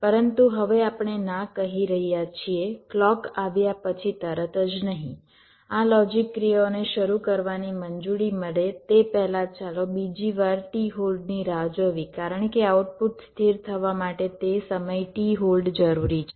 પરંતુ હવે આપણે ના કહી રહ્યા છીએ ક્લૉક આવ્યા પછી તરત જ નહીં આ લોજિક ક્રિયાઓને શરૂ કરવાની મંજૂરી મળે તે પહેલાં ચાલો બીજી વાર t હોલ્ડની રાહ જોવી કારણ કે આઉટપુટ સ્થિર થવા માટે તે સમય t હોલ્ડ જરૂરી છે